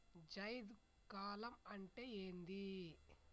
జైద్ కాలం అంటే ఏంది?